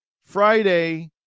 Friday